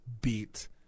beat